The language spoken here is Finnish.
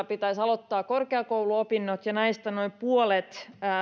pitäisi syksyllä aloittaa korkeakouluopinnot ja näistä noin puolet